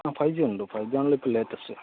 ആ ഫൈ ജിയൊണ്ട് ഫൈ ജിയാണല്ലൊ ഇപ്പോൾ ലേറ്റസ്റ്റ്